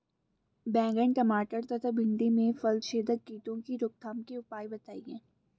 बैंगन टमाटर तथा भिन्डी में फलछेदक कीटों की रोकथाम के उपाय बताइए?